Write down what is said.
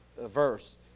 verse